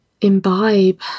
imbibe